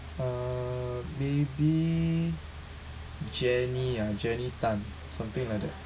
uh may be jenny ah jenny Tan something like that